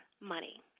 money